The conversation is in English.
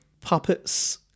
puppets